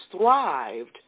thrived